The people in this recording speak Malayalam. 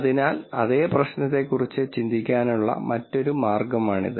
അതിനാൽ അതേ പ്രശ്നത്തെക്കുറിച്ച് ചിന്തിക്കാനുള്ള മറ്റൊരു മാർഗമാണിത്